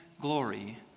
Glory